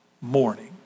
morning